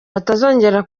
batazongera